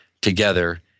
together